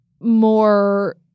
more